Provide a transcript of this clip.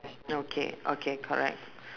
okay okay correct